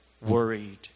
worried